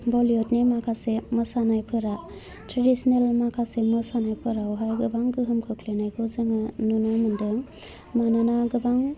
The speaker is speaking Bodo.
बलीयुदनि माखासे मोसानायफोरा ट्रेडिसनेल माखासे मोसानायफोरावहाय गोबां गोहोम खोख्लैनायखौ जोङो नुनो मोन्दों मानोना गोबां